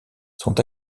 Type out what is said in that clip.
sont